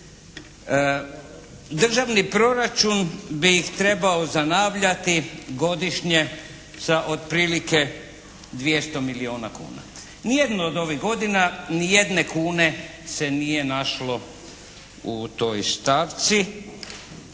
Državni proračun bi ih trebao zanavljati godišnje sa otprilike 200 milijona kuna. Ni jednu od ovih godina, ni jedne kune se nije našlo u toj stavci,